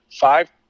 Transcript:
five